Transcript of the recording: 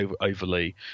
overly